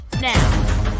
now